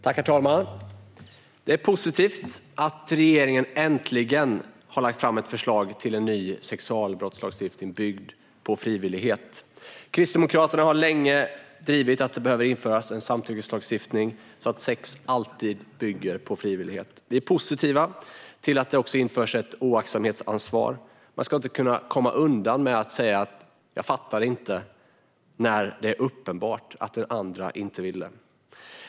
Herr talman! Det är positivt att regeringen äntligen har lagt fram ett förslag till en ny sexualbrottslagstiftning byggd på frivillighet. Kristdemokraterna har länge drivit att det behöver införas en samtyckeslagstiftning, så att sex alltid bygger på frivillighet. Vi är positiva till att det också införs ett oaktsamhetsansvar. Man ska inte kunna komma undan med att säga att man inte fattade, när det är uppenbart att den andra inte ville.